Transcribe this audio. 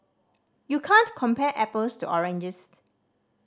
you can't compare apples to oranges